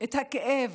את הכאב,